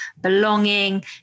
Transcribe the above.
belonging